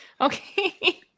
Okay